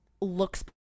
looks